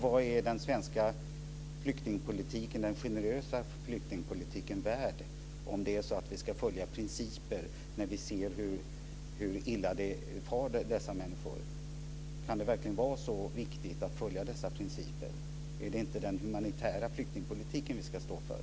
Vad är den generösa svenska flyktingpolitiken värd om vi ska följa principer när vi ser hur illa dessa människor far? Kan det verkligen vara så viktigt att följa dessa principer? Är det inte den humanitära flyktingpolitiken vi ska stå för?